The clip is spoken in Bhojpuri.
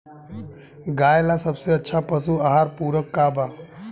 गाय ला सबसे अच्छा पशु आहार पूरक का बा?